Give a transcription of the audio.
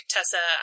Tessa